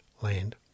land